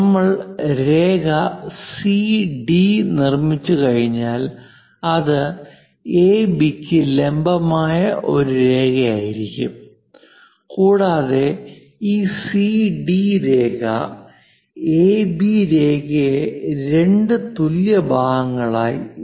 നമ്മൾ രേഖ സിഡി നിർമ്മിച്ചുകഴിഞ്ഞാൽ അത് എബി ക്ക് ലംബമായ ഒരു രേഖയായിരിക്കും കൂടാതെ ഈ സിഡി രേഖ എബി രേഖയെ രണ്ട് തുല്യ ഭാഗങ്ങളായി വിഭജിക്കും